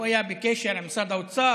הוא היה בקשר עם משרד האוצר,